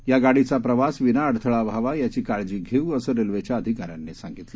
या गाडीचा प्रवास विनाअडथळा व्हावा याची काळजी घेऊ असं रेल्वेच्या अधिकाऱ्यांनी सांगितलं